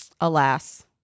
alas